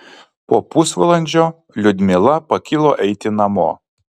po pusvalandžio liudmila pakilo eiti namo